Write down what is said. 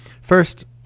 first